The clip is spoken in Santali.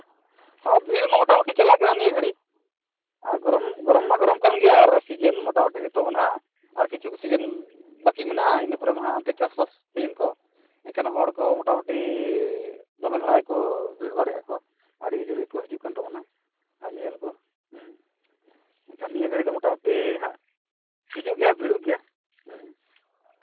ᱦᱮᱸ ᱵᱷᱤᱲ ᱢᱟ ᱢᱳᱴᱟᱢᱩᱴᱤ ᱪᱟᱞᱟᱜ ᱠᱟᱱᱟ ᱱᱤᱭᱟᱹ ᱜᱷᱟᱹᱲᱤ ᱟᱨ ᱜᱚᱨᱚᱢ ᱜᱚᱨᱚᱢ ᱢᱟ ᱜᱚᱨᱚᱢ ᱠᱟᱱ ᱜᱮᱭᱟ ᱟᱨ ᱥᱤᱡᱮᱱ ᱢᱳᱴᱟᱢᱩᱴᱤ ᱱᱤᱛᱚᱝ ᱫᱚ ᱦᱟᱸᱜ ᱟᱨ ᱠᱤᱪᱷᱩ ᱥᱤᱡᱮᱱ ᱵᱟᱹᱠᱤ ᱢᱮᱱᱟᱜᱼᱟ ᱤᱱᱟᱹ ᱯᱚᱨᱮ ᱫᱚ ᱦᱟᱸᱜ ᱢᱟ ᱚᱱᱛᱮ ᱪᱟᱥᱵᱟᱥ ᱥᱤᱡᱤᱱ ᱠᱚ ᱮᱱᱠᱷᱟᱱ ᱦᱚᱲ ᱠᱚ ᱢᱳᱴᱟᱢᱩᱴᱤ ᱫᱚᱢᱮ ᱫᱷᱟᱨᱟ ᱜᱮᱠᱚ ᱵᱮᱵᱷᱟᱨᱮᱜᱼᱟ ᱠᱚ ᱟᱹᱰᱤ ᱡᱳᱨ ᱜᱮᱠᱚ ᱦᱤᱡᱩᱜ ᱠᱟᱱ ᱛᱟᱵᱳᱱᱟ ᱟᱨ ᱧᱮᱧᱮᱞ ᱠᱚ ᱦᱮᱸ ᱮᱱᱠᱷᱟᱱ ᱱᱤᱭᱟᱹ ᱜᱷᱟᱹᱲᱤ ᱫᱚ ᱢᱳᱴᱟᱢᱩᱴᱤ ᱦᱟᱸᱜ ᱦᱤᱡᱩᱜ ᱜᱮᱭᱟ ᱵᱷᱤᱲᱚᱜ ᱜᱮᱭᱟ ᱦᱮᱸ